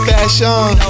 Fashion